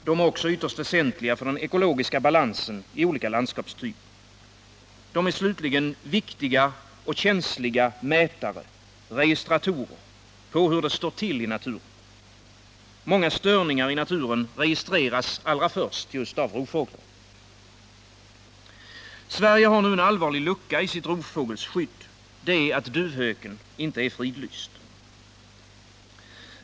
De är också ytterst väsentliga för den ekologiska balansen i olika landskapstyper. De är slutligen viktiga och känsliga mätare, registratorer, på hur det står till i naturen. Många störningar i naturen registreras allra först just av rovfåglar. Sverige har nu en allvarlig lucka i sitt rovfågelsskydd. Det är att duvhöken inte är fridlyst.